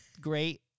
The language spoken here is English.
great